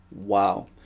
Wow